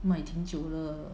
买挺久了